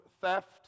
theft